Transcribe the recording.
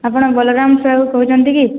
ଆପଣ ବଳରାମ ସାହୁ କହୁଛନ୍ତି କି